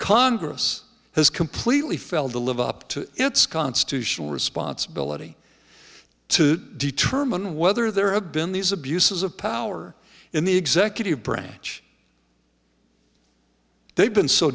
congress has completely failed to live up to its constitutional responsibility to determine whether there have been these abuses of power in the executive branch they've been so